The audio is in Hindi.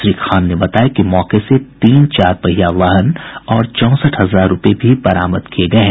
श्री खान ने बताया कि मौके से तीन चार पहिया वाहन और चौसठ हजार रूपये भी बरामद किये गये हैं